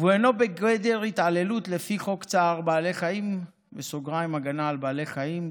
והדבר אינו בגדר התעללות לפי חוק צער בעלי חיים (הגנה על בעלי חיים),